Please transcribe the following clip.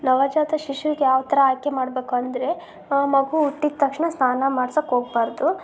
ನವಜಾತ ಶಿಶುವ್ಗೆ ಯಾವ ಥರ ಆರೈಕೆ ಮಾಡ್ಬಕು ಅಂದರೆ ಮಗು ಹುಟ್ಟಿದ ತಕ್ಷಣ ಸ್ನಾನ ಮಾಡ್ಸಕ್ಕೆ ಹೋಗಬಾರ್ದು